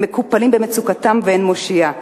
הם מקופלים במצוקתם ואין מושיע.